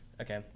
okay